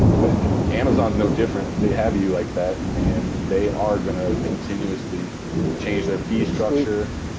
but amazon is no different, they have you like that and they are going to continuously change their fee structure.